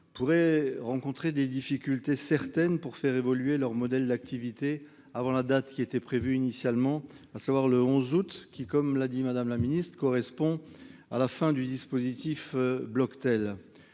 pourraient rencontrer des difficultés certaines pour faire évoluer leur modèle d'activité avant la date qui était prévue initialement, à savoir le 11 août qui, comme l'a dit madame la ministre, correspond à la fin du dispositif blocktail.